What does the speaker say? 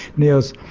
niels,